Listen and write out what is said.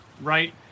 right